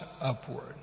upward